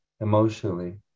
Emotionally